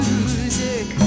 music